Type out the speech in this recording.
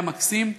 היה מקסים.